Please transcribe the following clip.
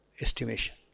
estimation